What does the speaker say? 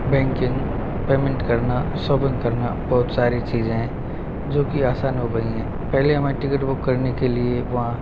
banking payment करना shopping करना बहुत सारी चीज़ें जो कि आसान हो गई है पहले हमारी टिकट बुक करने के लिए वहाँ